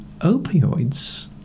opioids